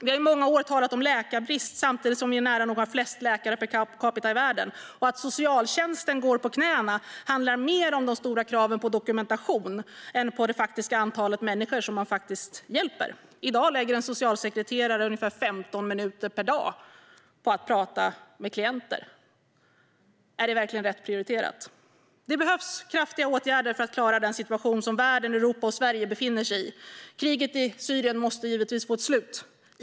Vi har i många år talat om läkarbrist samtidigt som vi nära nog har flest läkare per capita i världen. Och att socialtjänsten går på knäna handlar mer om de stora kraven på dokumentation än på det faktiska antal människor som man hjälper. I dag lägger en socialsekreterare ungefär 15 minuter per dag på att prata med klienter. Är det verkligen rätt prioriterat? Det behövs kraftiga åtgärder för att klara den situation som världen, Europa och Sverige befinner sig i. Kriget i Syrien måste givetvis få ett slut.